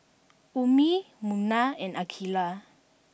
Ummi Munah and Aqilah